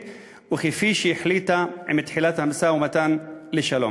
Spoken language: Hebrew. וכפי שהחליטה עם תחילת המשא-ומתן לשלום.